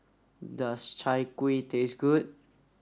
does Chai Kueh taste good